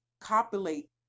copulate